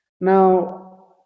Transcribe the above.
Now